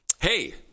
Hey